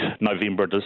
November